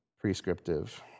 prescriptive